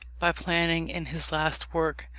by planning, in his last work,